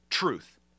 truth